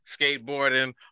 skateboarding